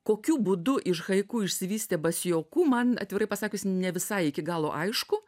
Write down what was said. kokiu būdu iš haiku išsivystė basioku man atvirai pasakius ne visai iki galo aišku